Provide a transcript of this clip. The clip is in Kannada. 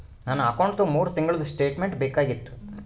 ನನ್ನ ಅಕೌಂಟ್ದು ಮೂರು ತಿಂಗಳದು ಸ್ಟೇಟ್ಮೆಂಟ್ ಬೇಕಾಗಿತ್ತು?